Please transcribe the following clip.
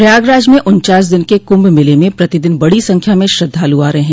प्रयागराज में उनचास दिन के कुंभ मेले में प्रतिदिन बड़ी संख्या में श्रद्धालु आ रहे हैं